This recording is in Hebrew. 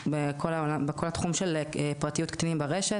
בכל התחום של פרטיות קטינים ברשת,